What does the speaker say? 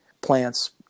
plants